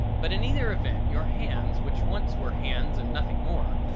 but in either event your hands which once were hands and nothing more,